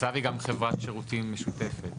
מסב היא חברת שירותים משותפת.